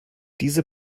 diese